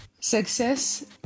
success